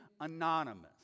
anonymous